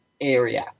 area